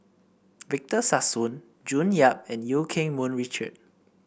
Victor Sassoon June Yap and Eu Keng Mun Richard